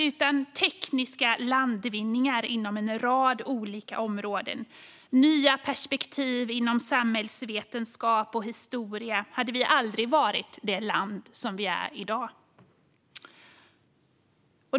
Utan tekniska landvinningar inom en rad olika områden, nya perspektiv inom samhällsvetenskap och historia hade vi aldrig varit det land vi är i dag.